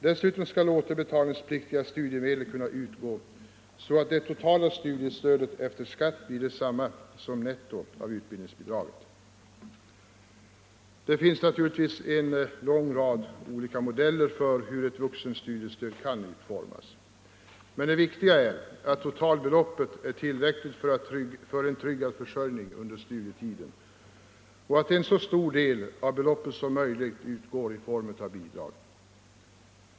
Dessutom skall återbetalningspliktiga studiemedel kunna utgå så att det totala studiestödet efter skatt blir detsamma som nettot av utbildningsbidraget. Det finns naturligtvis en lång rad olika modeller efter vilka ett vuxenstudiestöd kan utformas. Men det viktiga är att totalbeloppet är tillräckligt för en tryggad försörjning under studietiden och att en så stor del av beloppet som möjligt utgår i form av bidrag.